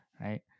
Right